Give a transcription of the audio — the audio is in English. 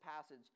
passage